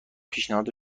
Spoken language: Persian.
پیشنهاد